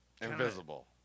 Invisible